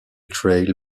trail